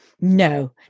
no